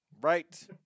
Right